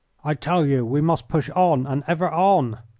i tell you we must push on and ever on!